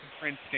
Princeton